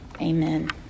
Amen